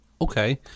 Okay